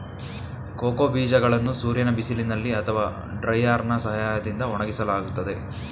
cocoa ಬೀಜಗಳನ್ನು ಸೂರ್ಯನ ಬಿಸಿಲಿನಲ್ಲಿ ಅಥವಾ ಡ್ರೈಯರ್ನಾ ಸಹಾಯದಿಂದ ಒಣಗಿಸಲಾಗುತ್ತದೆ